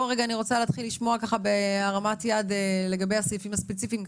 אני רוצה להתחיל לשמוע בהרמת יד לגבי הסעיפים הספציפיים,